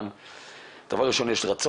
הדבר הזה יקל מאוד